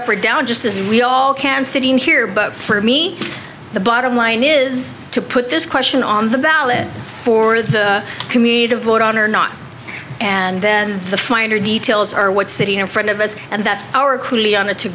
up or down just as we all can sitting here but for me the bottom line is to put this question on the ballot for the community to vote on or not and then the finer details are what's sitting in front of us and that's our